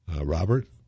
Robert